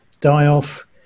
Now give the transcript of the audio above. die-off